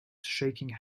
shaking